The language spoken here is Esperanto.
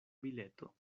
bileto